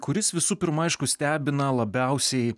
kuris visų pirma aišku stebina labiausiai